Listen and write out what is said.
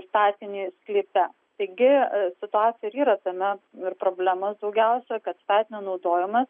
statinį sklype taigi situacija ir yra tame ir problema daugiausiai kad statinio naudojimas